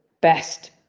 best